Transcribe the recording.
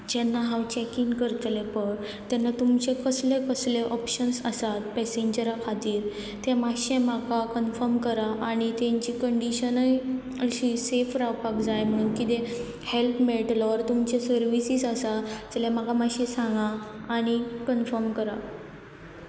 जेन्ना हांव check in करतलें पय तेन्ना तुमचे कसले कसले ऑप्शन्स आसात पेसेंजरा खातीर तें मातशें म्हाका कन्फर्म करा आनी तेंची कंडीशनूय अशी सेफ रावपाक जाय म्हणून कितें हेल्प मेळटलो ऑर तुमचे सर्विसीस आसा जाल्यार म्हाका मातशें सांगा आनी कर्न्फम करा